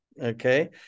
Okay